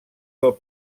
del